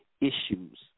issues